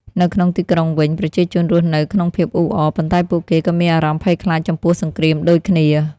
នៅក្នុងទីក្រុងវិញ ប្រជាជនរស់នៅក្នុងភាពអ៊ូអរ ប៉ុន្តែពួកគេក៏មានអារម្មណ៍ភ័យខ្លាចចំពោះសង្គ្រាមដូចគ្នា។